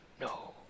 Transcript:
no